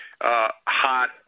hot